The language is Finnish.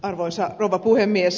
arvoisa rouva puhemies